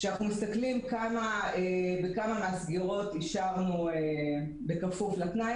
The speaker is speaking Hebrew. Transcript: כשאנחנו בודקים כמה סגירות אישרנו בכפוף לתנאי